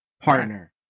partner